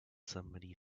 somebody